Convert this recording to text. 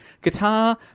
guitar